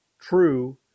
true